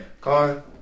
Car